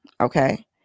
Okay